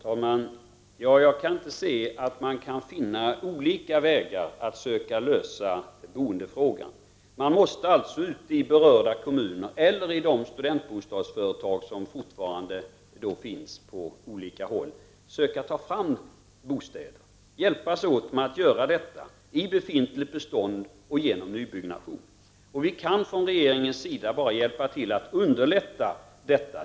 Herr talman! Jag anser inte att man kan finna olika vägar att lösa boendefrågan. Man måste ute i berörda kommuner eller i de studentbostadsföretag som fortfarande finns på olika platser söka ta fram bostäder. Man måste hjälpas åt att göra detta inom befintligt bestånd och genom nybyggande. Vi kan från regeringens sida bara hjälpa till att underlätta detta.